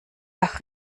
nach